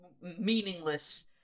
meaningless